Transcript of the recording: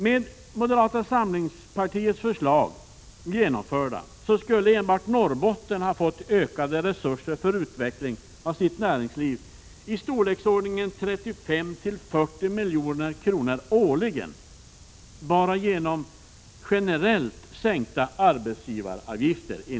Med moderata samlingspartiets förslag genomförda skulle enbart Norrbotten ha fått ökade resurser för utveckling av sitt näringsliv i storleksordningen 35-40 milj.kr. årligen bara genom generellt sänkta arbetsgivaravgifter.